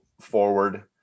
forward